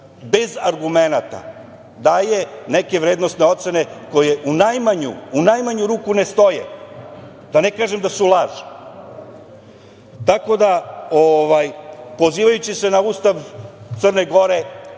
bez argumenata daje neke vrednosne ocene koje u najmanju ruku ne stoje, da ne kažem da su laž. Pozivajući se na Ustav Crne Gore,